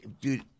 dude